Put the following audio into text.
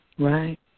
Right